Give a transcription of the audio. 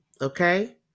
Okay